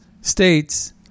states